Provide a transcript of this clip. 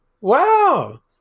Wow